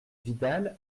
vidal